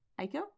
Aiko